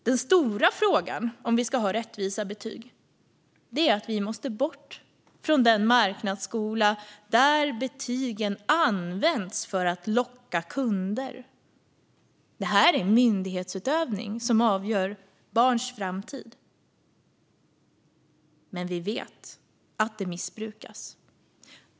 Den stora frågan om vi ska ha rättvisa betyg är att vi måste bort från den marknadsskola där betygen används för att locka kunder. Det här är myndighetsutövning som avgör barns framtid. Men vi vet att det missbrukas.